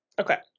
Okay